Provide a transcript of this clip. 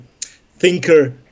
thinker